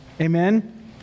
Amen